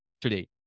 today